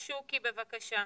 שוקי, בבקשה.